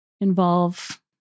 involve